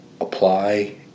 apply